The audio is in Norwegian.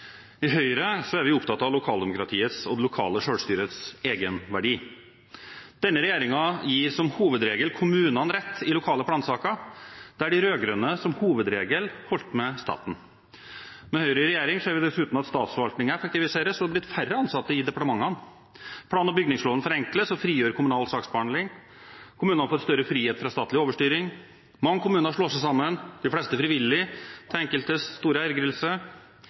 I Høyre er vi opptatt av lokaldemokratiets og det lokale selvstyrets egenverdi. Denne regjeringen gir som hovedregel kommunene rett i lokale plansaker, der de rød-grønne – som hovedregel – holdt med staten. Med Høyre i regjering ser vi dessuten at statsforvaltningen effektiviseres, og det er blitt færre ansatte i departementene plan- og bygningsloven forenkles og frigjør kommunal saksbehandling kommunene får større frihet fra statlig overstyring mange kommuner slår seg sammen, de fleste frivillig, til enkeltes store ergrelse